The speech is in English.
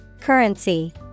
Currency